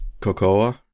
cocoa